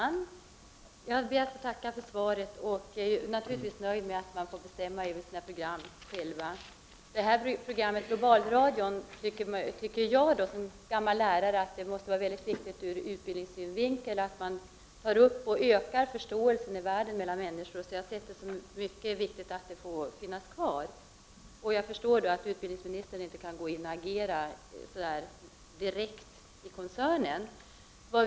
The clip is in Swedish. Fru talman! Jag ber att få tacka för svaret. Jag är naturligtvis nöjd med att programföretagen själva får bestämma över sina program. Som gammal lärare tycker jag att det ur utbildningssynvinkel måste vara viktigt att man försöker öka förståelsen mellan människor i världen. Jag anser det därför mycket viktigt att programmet Globalradion får finnas kvar, men jag förstår att utbildningsministern inte kan gå in och agera direkt i koncernen.